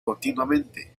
continuamente